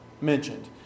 mentioned